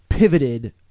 Pivoted